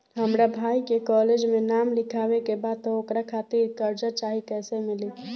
हमरा भाई के कॉलेज मे नाम लिखावे के बा त ओकरा खातिर कर्जा चाही कैसे मिली?